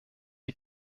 die